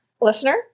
listener